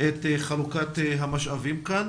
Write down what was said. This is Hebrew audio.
את חלוקת המשאבים כאן.